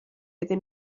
iddyn